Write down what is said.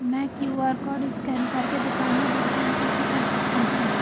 मैं QR code scan कर के दुकान में भुगतान कैसे कर सकती हूँ?